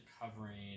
covering